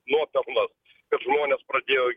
nuopelnas kad žmonės pradėjo